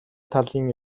талын